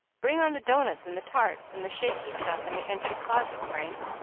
bring on the doughnuts and the tarts and the shaky stuff in the entry closet, frank,